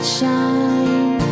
shine